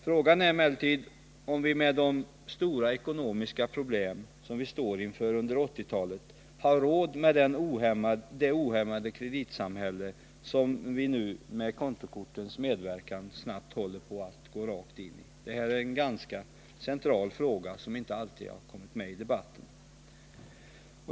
Frågan är emellertid om vi med de stora ekonomiska problem som vi står inför under 1980-talet har råd med det ohämmade kreditsamhälle som vi nu med kontokortens medverkan snabbt håller på att gå rakt in i. Det är en ganska central fråga, som inte alltid kommit med i debatten.